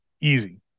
easy